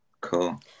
Cool